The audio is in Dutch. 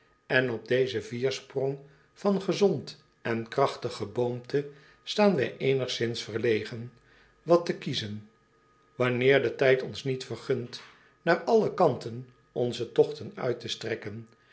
en op dezen viersprong van gezond en krachtig geboomte staan wij eenigszins verlegen wat te kiezen wanneer de tijd ons niet vergunt naar alle kanten onze togten uit te strekken